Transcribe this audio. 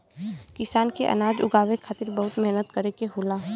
किसान के अनाज उगावे के खातिर बहुत मेहनत करे के होला